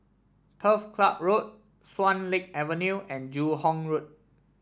Turf Club Road Swan Lake Avenue and Joo Hong Road